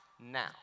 Now